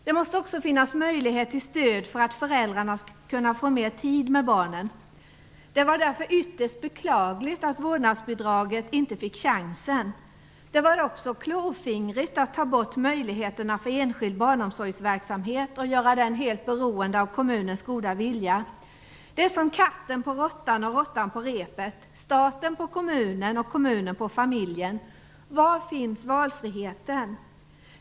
Det måste också finnas möjlighet till stöd så att föräldrarna kan få mer tid med barnen. Därför var det ytterst beklagligt att vårdnadsbidraget inte fick chansen. Det var också klåfingrigt att ta bort möjligheterna för enskild barnomsorgsverksamhet och göra den helt beroende av kommunens goda vilja. Det är som katten på råttan och råttan på repet - staten på kommunen och kommunen på familjen. Var finns valfriheten?